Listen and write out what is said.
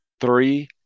Three